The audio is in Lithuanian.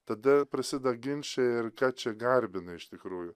tada prasida ginčai ir ką čia garbina iš tikrųjų